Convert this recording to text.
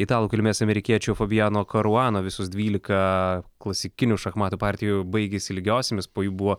italų kilmės amerikiečio fabijano karuano visos dvylika klasikinių šachmatų partijų baigėsi lygiosiomis po jų buvo